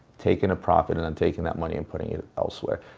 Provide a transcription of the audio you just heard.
taking a profit, and and taking that money and putting it elsewhere.